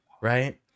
Right